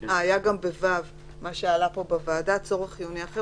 היה גם ב-(ו) את מה שעלה פה בוועדה: "" (ו) צורך חיוני אחר,